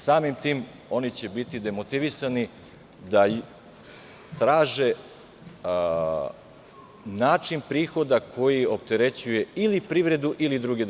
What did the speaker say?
Samim tim će oni biti demotivisani da traže način prihoda koji opterećuje ili privredu ili druge državne organe.